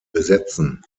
besetzen